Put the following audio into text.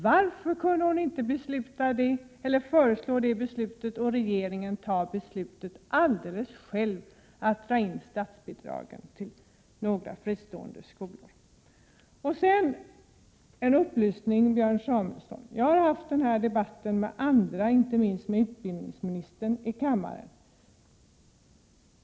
Varför kunde hon inte lägga fram förslaget i regeringen och låta regeringen alldeles själv fatta ett beslut om att dra in statsbidragen till några fristående skolor? Sedan en upplysning till Björn Samuelson. Jag har fört den här debatten med andra, inte minst med utbildningsministern.